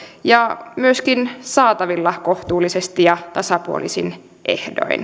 ja myöskin saatavilla kohtuullisesti ja tasapuolisin ehdoin